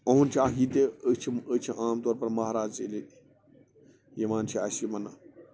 اوہُنٛد چھُ اکھ یہِ تہِ أسۍ چھِ أسۍ چھِ عام طور پر ییٚلہِ مہرازٕ ییٚلہِ یِوان چھِ اَسہِ یِمن